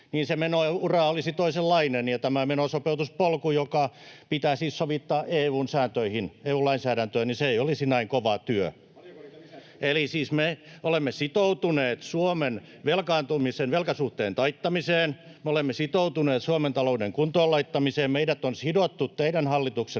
niin se menoura olisi toisenlainen ja tämä menosopeutuspolku, joka pitää siis sovittaa EU:n sääntöihin, EU-lainsäädäntöön, ei olisi näin kova työ. [Antti Kaikkonen: Paljonko niitä lisättiin!] Eli siis me olemme sitoutuneet Suomen velkaantumisen, velkasuhteen taittamiseen, me olemme sitoutuneet Suomen talouden kuntoon laittamiseen, meidät on sidottu teidän hallituksenne